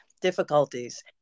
difficulties